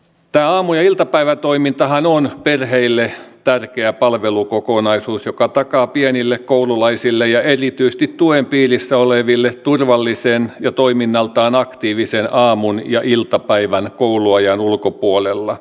tämä aamu ja iltapäivätoimintahan on perheille tärkeä palvelukokonaisuus joka takaa pienille koululaisille ja erityisesti tuen piirissä oleville turvallisen ja toiminnaltaan aktiivisen aamun ja iltapäivän kouluajan ulkopuolella